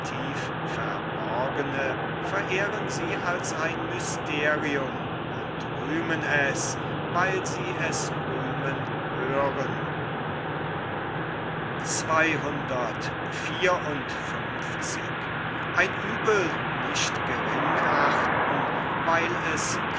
tiefverborgene verehren sie als ein mysterium und rühmen es weil sie es rühmen hören denn nie